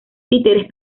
títeres